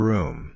Room